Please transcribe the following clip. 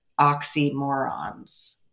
oxymorons